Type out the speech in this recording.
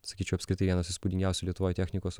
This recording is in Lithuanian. sakyčiau apskritai vienas įspūdingiausių lietuvoj technikos